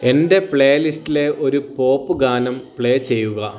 എൻ്റെ പ്ലേലിസ്റ്റിലെ ഒരു പോപ്പ് ഗാനം പ്ലേ ചെയ്യുക